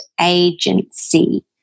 agency